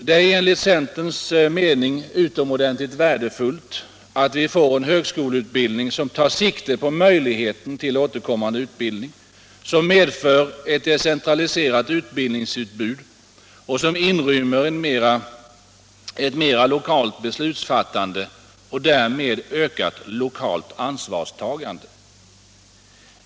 Det är enligt centerns mening utomordentligt värdefullt att vi får en högskoleutbildning som tar sikte på möjligheten till återkommande utbildning, som medför ett decentraliserat utbildningsutbud och som inrymmer ett mer lokalt beslutsfattande och därmed ökat lokalt ansvarstagande.